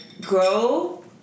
Grow